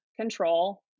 control